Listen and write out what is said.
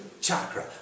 chakra